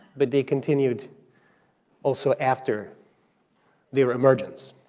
but they continued also after their emergence.